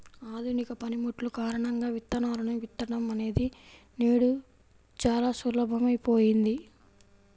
ఆధునిక పనిముట్లు కారణంగా విత్తనాలను విత్తడం అనేది నేడు చాలా సులభమైపోయింది